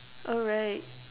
alright